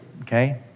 okay